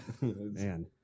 man